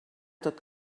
tot